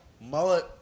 Mullet